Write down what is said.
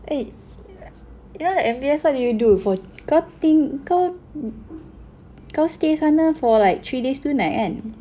eh you know the M_B_S what you do for kau ting~ kau stay sana for like three days two nights kan